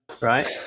Right